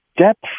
depth